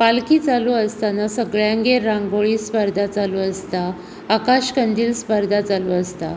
पालकी चालू आसतना सगळ्यांगेर रांगोळी स्पर्धा चालू आसता आकाश कंदील स्पर्धा चालू आसता